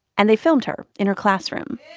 and they filmed her in her classroom